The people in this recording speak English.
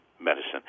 medicine